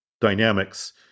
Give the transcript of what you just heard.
dynamics